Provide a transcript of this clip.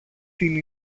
την